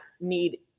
need